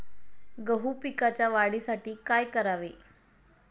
गहू पिकाच्या वाढीसाठी काय करावे?